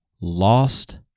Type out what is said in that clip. lost